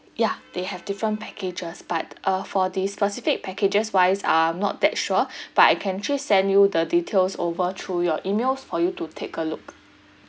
yeah they have different packages but uh for the specific packages wise I'm not that sure but I can actually send you the details over through your email for you to take a look